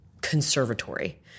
conservatory